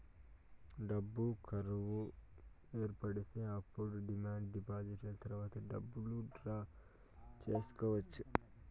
డబ్బు కరువు ఏర్పడితే అప్పుడు డిమాండ్ డిపాజిట్ ద్వారా డబ్బులు డ్రా చేసుకోవచ్చు